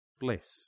bless